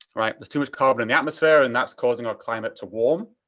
right? there's too much carbon in the atmosphere and that's causing our climate to warm.